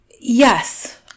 Yes